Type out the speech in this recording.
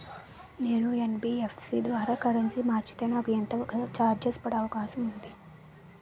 నేను యన్.బి.ఎఫ్.సి ద్వారా కరెన్సీ మార్చితే నాకు ఎంత వరకు చార్జెస్ పడే అవకాశం ఉంది?